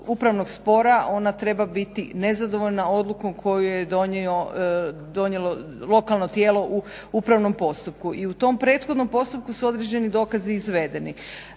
upravnog spora ona treba biti nezadovoljna odlukom koju je donijelo lokalno tijelu u upravnom postupku. i u tom prethodnom postupku su određeni dokazi izvedeni.